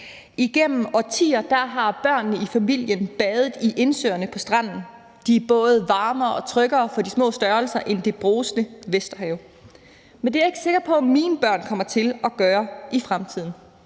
Igennem årtier har børnene i familien badet i indsøerne på stranden. De er både varmere og tryggere for de små størrelser end det brusende Vesterhav. Men det er jeg ikke sikker på at mine børn kommer til at gøre i fremtiden.